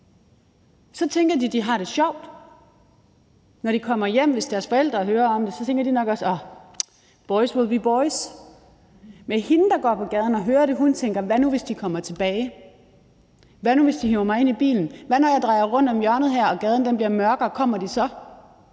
så tænker de, at de har det sjovt. Hvis deres forældre hører om det, når de kommer hjem, tænker de nok også: Boys will be boys. Men hende, der går på gaden og hører det, tænker: Hvad nu, hvis de kommer tilbage? Hvad nu, hvis de hiver mig ind i bilen? Hvad nu, når jeg drejer rundt om hjørnet her og gaden bliver mørkere, kommer de så?